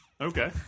Okay